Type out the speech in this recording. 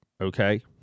Okay